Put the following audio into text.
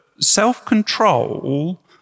self-control